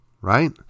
right